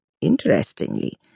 Interestingly